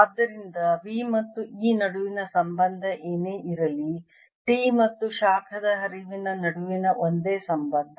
ಆದ್ದರಿಂದ V ಮತ್ತು E ನಡುವಿನ ಸಂಬಂಧ ಏನೇ ಇರಲಿ T ಮತ್ತು ಶಾಖದ ಹರಿವಿನ ನಡುವಿನ ಒಂದೇ ಸಂಬಂಧ